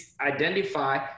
identify